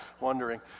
wondering